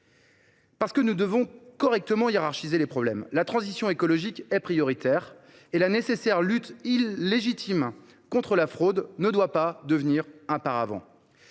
Parce que nous devons correctement hiérarchiser les problèmes. La transition écologique est prioritaire et la lutte légitime et nécessaire contre la fraude ne doit pas devenir un paravent.